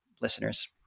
listeners